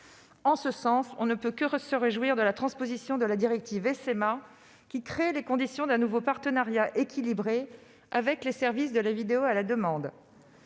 En ce sens, nous ne pouvons que nous réjouir de la transposition de la directive SMA, qui crée les conditions d'un nouveau partenariat équilibré avec les services de vidéo à la demande.